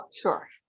Sure